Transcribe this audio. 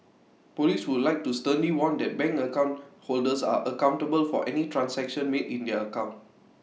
Police would like to sternly warn that bank account holders are accountable for any transaction made in their account